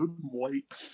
White